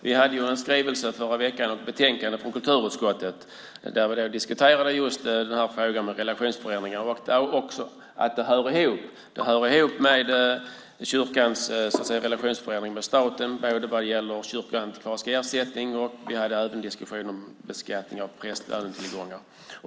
Vi hade en skrivelse i förra veckan och ett betänkande från kulturutskottet där vi diskuterade just den här frågan om relationsförändringar och också att det hör ihop med kyrkans relationsförändring med staten både vad gäller kyrkoantikvarisk ersättning och beskattning av prästlönetillgångar.